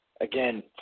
again